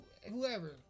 Whoever